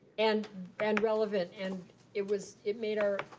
and and relevant and it was, it made our,